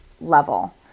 level